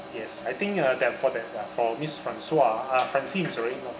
yes I think uh that lah for miss francua uh francine sorry not